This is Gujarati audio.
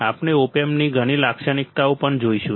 તેથી આપણે ઓપ એમ્પની ઘણી એપ્લિકેશનો પણ જોઈશું